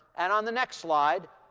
and on the next slide,